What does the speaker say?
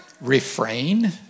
refrain